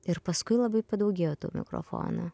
ir paskui labai padaugėjo tų mikrofonų